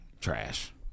Trash